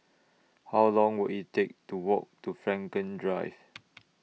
How Long Will IT Take to Walk to Frankel Drive